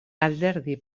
alderdi